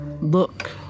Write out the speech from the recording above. look